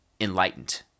enlightened